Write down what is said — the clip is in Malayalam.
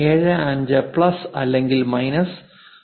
75 പ്ലസ് അല്ലെങ്കിൽ മൈനസ് 0